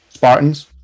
Spartans